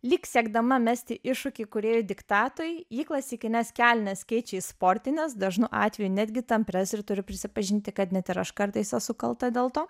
lyg siekdama mesti iššūkį kūrėjų diktatui ji klasikines kelnes keičia į sportines dažnu atveju netgi tampres ir turiu prisipažinti kad net ir aš kartais esu kalta dėl to